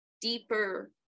deeper